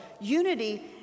Unity